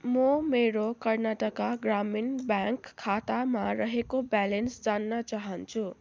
म मेरो कर्नाटक ग्रामीण ब्याङ्क खातामा रहेको ब्यालेन्स जान्न चाहन्छु